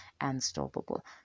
unstoppable